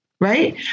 right